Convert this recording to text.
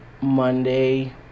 Monday